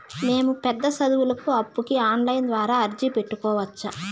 మేము పెద్ద సదువులకు అప్పుకి ఆన్లైన్ ద్వారా అర్జీ పెట్టుకోవచ్చా?